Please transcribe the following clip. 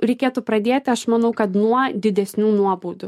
reikėtų pradėti aš manau kad nuo didesnių nuobaudų